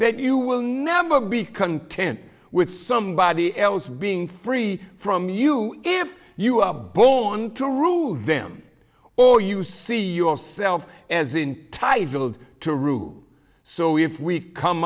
that you will never be content with somebody else being free from you if you are born to rule them or you see yourself as intitled to rule so if we come